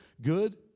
Good